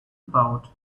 about